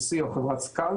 או חברת IQC או חברת סקאל.